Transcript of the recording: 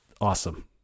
awesome